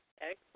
Excellent